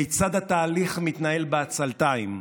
כיצד התהליך מתנהל בעצלתיים,